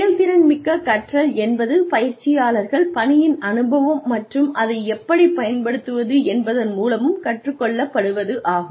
செயல்திறன் மிக்க கற்றல் என்பது பயிற்சியாளர்கள் பணியின் அனுபவம் மற்றும் அதை எப்படிப் பயன்படுத்துவது என்பதன் மூலம் கற்றுக் கொள்ள படுவது ஆகும்